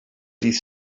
dydd